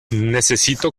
necesito